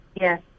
Yes